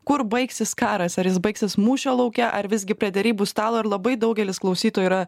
kur baigsis karas ar jis baigsis mūšio lauke ar visgi prie derybų stalo ir labai daugelis klausytojų yra